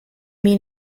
mean